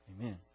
Amen